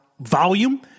volume